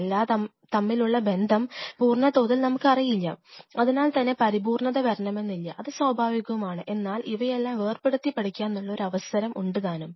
എല്ലാം തമ്മിലുള്ള ബന്ധം പൂർണ്ണതോതിൽ നമുക്കറിയില്ല അതിനാൽ തന്നെ പരിപൂർണ്ണത വരണമെന്നില്ല അത് സ്വാഭാവികവുമാണ് എന്നാൽ ഇവയെല്ലാം വേർപെടുത്തി പഠിക്കാനുള്ള ഒരു അവസരം ഉണ്ട് താനും